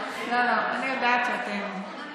לא, לא, אני יודעת שאתם,